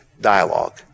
dialogue